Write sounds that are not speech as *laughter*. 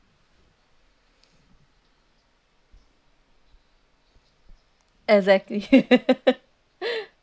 exactly *laughs* *breath*